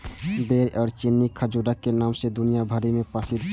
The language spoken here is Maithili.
बेर या चीनी खजूरक नाम सं दुनिया भरि मे प्रसिद्ध छै